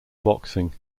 boxing